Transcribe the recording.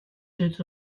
deux